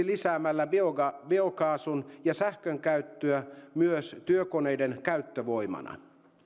lisäämällä biokaasun biokaasun ja sähkön käyttöä myös työkoneiden käyttövoimana